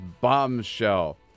bombshell